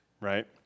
right